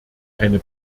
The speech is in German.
eine